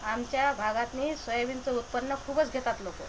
आमच्या भागातनी सोयाबीनचं उत्पन्न खूपच घेतात लोक